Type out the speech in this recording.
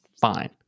fine